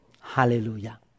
Hallelujah